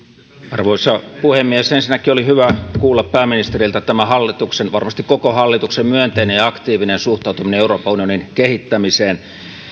arvoisa puhemies ensinnäkin oli hyvä kuulla pääministeriltä tämä varmasti koko hallituksen myönteinen ja aktiivinen suhtautuminen euroopan unionin kehittämiseen